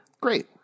Great